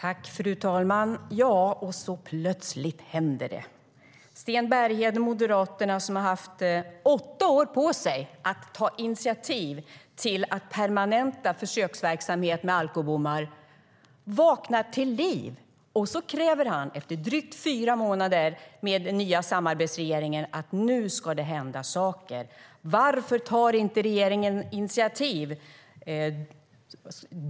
Fru talman! Och plötsligt händer det. Sten Bergheden, Moderaterna, som haft åtta år på sig att ta initiativ till att permanenta försöksverksamhet med alkobommar vaknar till liv och kräver, efter drygt fyra månader med den nya samarbetsregeringen, att nu ska det hända saker. Varför tar regeringen inte initiativ?